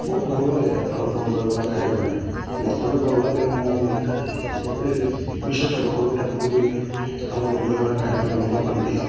ବହୁତ ଭଲ ଲାଗେ ଆଳୁଦମ ଦହିବରା ଖାଇବା ପାଇଁ ମୋତେ ବି ଭଲ ଲାଗେ ମୁଁ ବିଶେଷ ଲୋକ ବି ତାକୁ ବି ଆଳୁଦମ ଦହିବରା ଖାଇବା ପାଇଁ ଭଲ ପାଆନ୍ତି